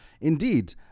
indeed